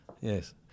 yes